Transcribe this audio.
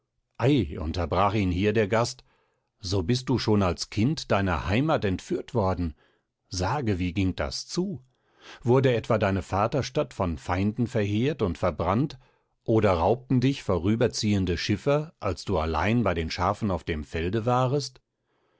ei unterbrach ihn hier der gast so bist du schon als kind deiner heimat entführt worden sage wie ging das zu wurde etwa deine vaterstadt von feinden verheert und verbrannt oder raubten dich vorüberziehende schiffer als du allein bei den schafen auf dem felde warest